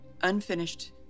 unfinished